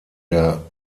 der